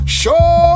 show